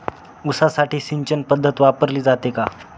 ऊसासाठी सिंचन पद्धत वापरली जाते का?